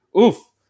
oof